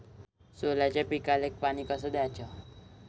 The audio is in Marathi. सोल्याच्या पिकाले पानी कस द्याचं?